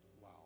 Wow